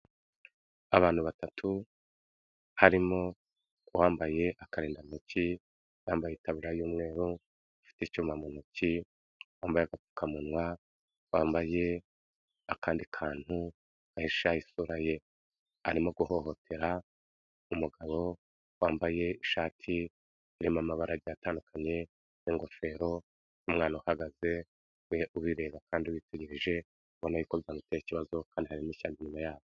Abantu batatu, harimo uwambaye akarindantoki yambaye itaburiya y'umweru, afite icyuma mu ntoki, yambaye agapfukamunwa, wambaye akandi kantu gahisha isura ye, arimo guhohotera umugabo wambaye ishati irimo amabara, agiye atandukanye, ingofero, umwana uhagaze, we ubireba kandi witegereje, ubona ko byamuteye ikibazo, kandi hari n'ishyamba inyuma yaho.